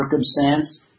circumstance